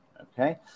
Okay